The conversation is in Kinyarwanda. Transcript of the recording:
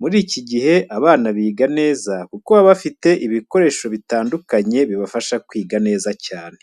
Muri iki gihe abana biga neza kuko baba bafite ibikoresho bitandukanye bibafasha kwiga neza cyane.